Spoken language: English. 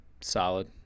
solid